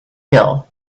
hill